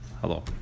Hello